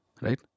Right